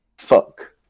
fuck